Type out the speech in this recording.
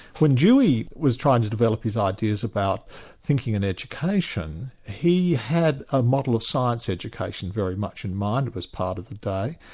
when dewey was trying to develop his ideas about thinking and education, he had ah model of science education very much in mind, it was part of the day.